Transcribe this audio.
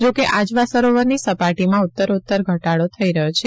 જોકે આજવા સરોવરની સપાટીમાં ઉત્તરોત્તર ઘટાડો થઈ રહ્યો છે